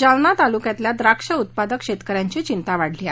जालना तालुक्यातील द्राक्ष उत्पादक शेतकऱ्यांची चिंता वाढली आहे